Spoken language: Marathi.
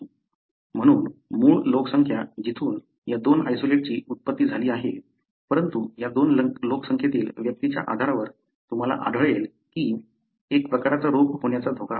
म्हणून मूळ लोकसंख्या जिथून या दोन आयसोलेटची उत्पत्ती झाली आहे परंतु या दोन लोकसंख्येतील व्यक्तीच्या आधारावर तुम्हाला आढळेल की एक प्रकारचा रोग होण्याचा धोका आहे